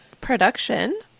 production